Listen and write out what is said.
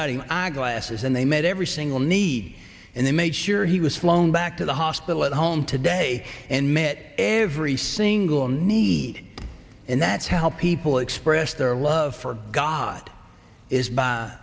eyeglasses and they met every single need and they made sure he was flown back to the hospital at home today and met every single need and that's how people express their love for god is by